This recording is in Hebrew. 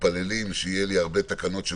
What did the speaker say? פתח עסק כמה חודשים לפני הקורונה,